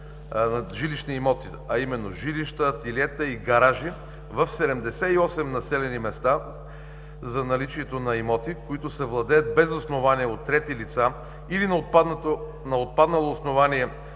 а именно: жилища, ателиета и гаражи в 78 населени места за наличието на имоти, които се владеят без основание от трети лица, или на отпаднало основание